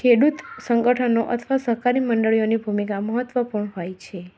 ખેડૂત સંગઠનો અથવા સહકારી મંડળીઓની ભૂમિકા મહત્ત્વપૂર્ણ હોય છે